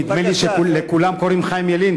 נדמה לי שלכולם קוראים חיים ילין,